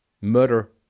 Murder